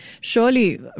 surely